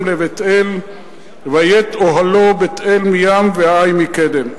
לבית-אל ויט אוהלה בית-אל מים והעי מקדם.